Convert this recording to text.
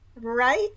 Right